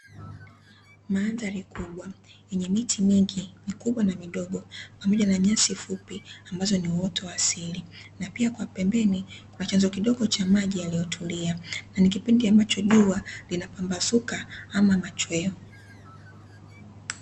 Mandhari kubwa yenye miti mingi mikubwa na midogo pamoja na nyasi fupi ambazo ni uoto wa asili. Na pia kwa pembeni kuna chanzo kidogo cha maji yaliotulia, na kipindi ambacho jua linapazuka ama machewo.